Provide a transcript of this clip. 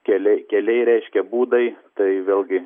keliai keliai reiškia būdai tai vėlgi